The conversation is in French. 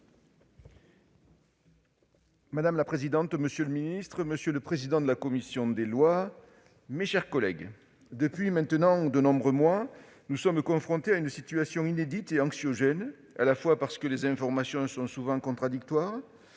Madame la présidente, monsieur le ministre, mes chers collègues, depuis maintenant de nombreux mois, nous sommes confrontés à une situation inédite et anxiogène, à la fois parce que les informations sont souvent contradictoires